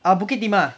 err bukit timah